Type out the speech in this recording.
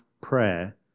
prayer